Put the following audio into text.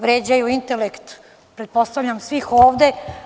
Vređaju intelekt, pretpostavljam, svih ovde…